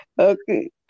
Okay